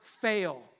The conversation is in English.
fail